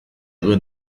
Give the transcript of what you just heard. duen